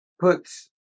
puts